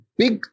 big